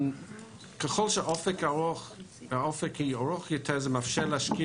ככל שהאופק יהיה ארוך יותר זה מאפשר להשקיע